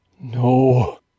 No